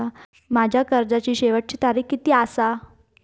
माझ्या कर्जाची शेवटची तारीख किती आसा?